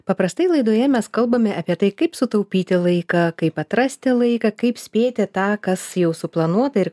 paprastai laidoje mes kalbame apie tai kaip sutaupyti laiką kaip atrasti laiką kaip spėti tą kas jau suplanuota ir